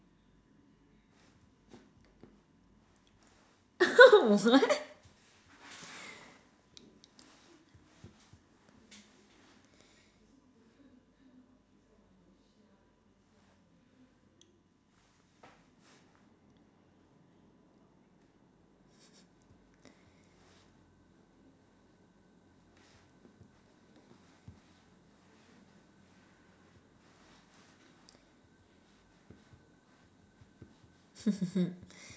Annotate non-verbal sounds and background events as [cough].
[laughs] what [laughs]